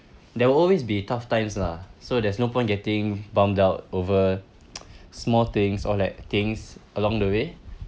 there will always be tough times lah so there's no point getting bummed out over small things or like things along the way